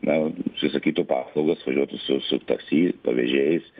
na užsisakytų paslaugas važiuotų su su taksi pavežėjais